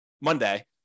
monday